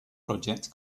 project